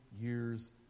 years